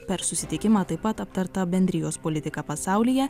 per susitikimą taip pat aptarta bendrijos politika pasaulyje